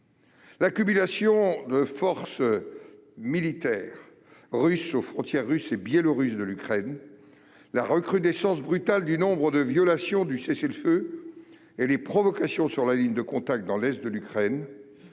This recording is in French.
l'accumulation de forces militaires russes aux frontières russes et biélorusses de l'Ukraine, la recrudescence brutale du nombre de violations du cessez-le-feu et les provocations sur la ligne de contact dans l'est de l'Ukraine,